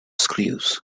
screws